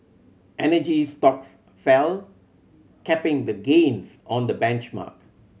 energy stocks fell capping the gains on the benchmark